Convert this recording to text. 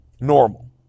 normal